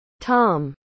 Tom